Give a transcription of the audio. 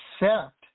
accept